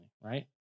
right